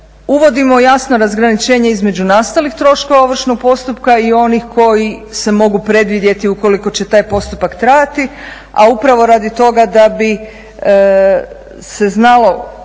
Uvodimo jasno razgraničenje između nastalih troškova ovršnog postupka i onih koji se mogu predvidjeti ukoliko će taj postupak trajati, a upravo radi toga da bi se znalo